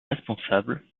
responsable